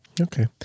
Okay